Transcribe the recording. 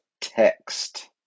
text